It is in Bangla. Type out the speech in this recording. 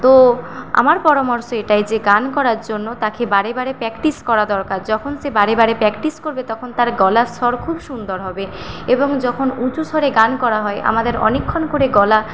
তো আমার পরামর্শ এটাই যে গান করার জন্য তাকে বারেবারে প্র্যাকটিস করা দরকার যখন সে বারেবারে প্র্যাকটিস করবে তখন তার গলার স্বর খুব সুন্দর হবে এবং যখন উঁচু স্বরে গান করা হয় আমাদের অনেকক্ষণ করে গলা